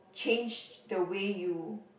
change the way you